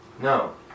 No